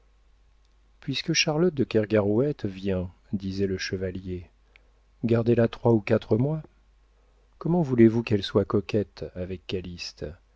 puisque charlotte de kergarouët vient disait le chevalier gardez-la trois ou quatre mois comment voulez-vous qu'elle soit coquette avec